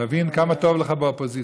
אתה מבין כמה טוב לך באופוזיציה,